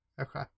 Okay